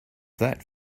that